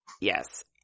Yes